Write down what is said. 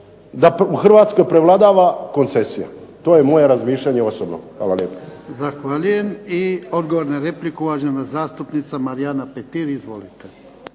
da u Hrvatskoj prevladava koncesija. To je moje razmišljanje, osobno. Hvala lijepo.